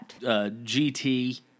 GT